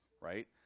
Right